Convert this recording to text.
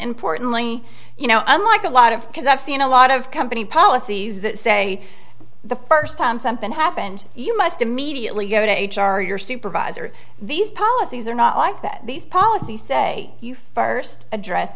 importantly you know unlike a lot of cars i've seen a lot of company policies that say the first time something happened you must immediately go to h r your supervisor these policies are not like that these policies say you first address